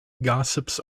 gossips